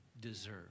deserve